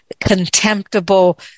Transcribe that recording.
contemptible